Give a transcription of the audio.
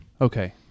okay